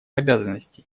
обязанностей